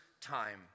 time